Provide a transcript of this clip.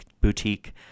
boutique